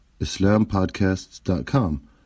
IslamPodcasts.com